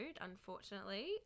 Unfortunately